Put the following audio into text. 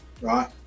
Right